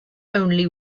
only